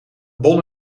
bon